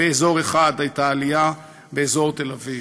באזור אחד הייתה עלייה, באזור תל-אביב,